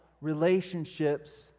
relationships